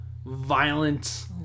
violent